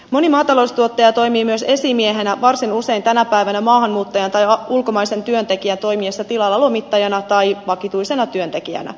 moni maataloustuottaja toimii myös esimiehenä varsin usein tänä päivänä maahanmuuttajan tai ulkomaisen työntekijän toimiessa tilalla lomittajana tai vakituisena työntekijänä